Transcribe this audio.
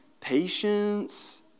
patience